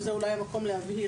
וזה אולי המקום להבהיר,